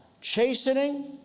chastening